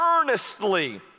earnestly